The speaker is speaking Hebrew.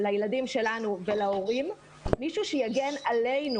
לילדים שלנו ולהורים מישהו שיגן עלינו.